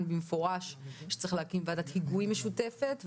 במפורש - שצריך להקים ועדת היגוי משותפת,